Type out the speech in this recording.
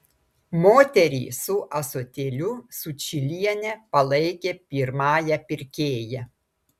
moterį su ąsotėliu sučylienė palaikė pirmąja pirkėja